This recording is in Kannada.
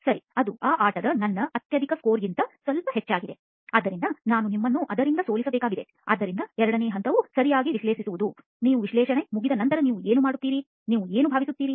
ಸರಿ ಅದು ಆ ಆಟದ ನನ್ನ ಅತ್ಯಧಿಕ ಸ್ಕೋರ್ಗಿಂತ ಸ್ವಲ್ಪ ಹೆಚ್ಚಾಗಿದೆ ಆದ್ದರಿಂದ ನಾನು ನಿಮ್ಮನ್ನು ಅದರಿಂದ ಸೋಲಿಸಬೇಕಾಗಿದೆ ಆದ್ದರಿಂದ ಎರಡನೇ ಹಂತವು ಸರಿಯಾಗಿ ವಿಶ್ಲೇಷಿಸುವುದು ನೀವು ವಿಶ್ಲೇಷಣೆ ಮುಗಿಸಿದ ನಂತರ ನೀವು ಏನು ಮಾಡುತ್ತೀರಿ ಎಂದು ನೀವು ಭಾವಿಸುತ್ತೀರಿ